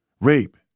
rape